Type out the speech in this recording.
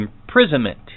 imprisonment